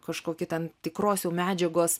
kažkokį ten tikros jau medžiagos